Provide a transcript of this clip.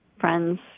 friends